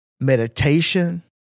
meditation